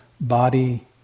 body